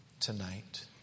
tonight